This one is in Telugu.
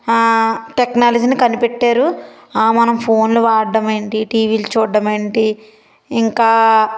టెక్నాలజీని కనిపెట్టారు ఆ మనం ఫోన్లు వాడ్డమేంటి టీవీలు చూడ్డమేంటి ఇంకా